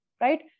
right